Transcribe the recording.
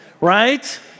right